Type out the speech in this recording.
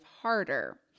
harder